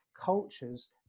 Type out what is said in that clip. cultures